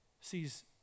sees